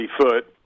foot